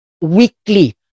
Weekly